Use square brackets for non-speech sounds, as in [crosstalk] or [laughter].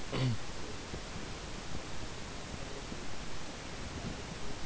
[coughs]